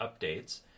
Updates